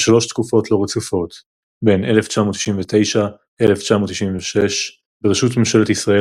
בשלוש תקופות לא רצופות בין 1996–1999 בראשות ממשלת ישראל